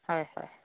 হয় হয়